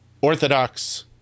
Orthodox